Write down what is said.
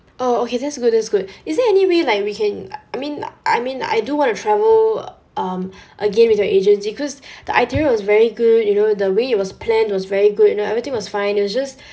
oh okay that's good that's good is there any way like we can I mean like I mean like I do want to travel um again with your agency cause the itinerary was very good you know the way it was planned was very good you know everything was fine it was just